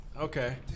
Okay